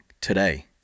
today